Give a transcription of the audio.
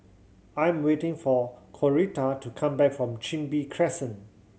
I'm waiting for Coretta to come back from Chin Bee Crescent